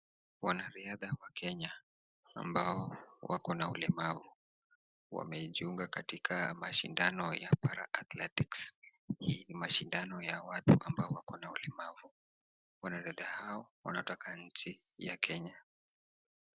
Wanariadha wa Kenya ambao wakona ulemavu ysmeijunga katika mashindano ya para athletic mashindano ya watu ambao wako na ulemavu , wadai wanatoka nchi ya Kenya.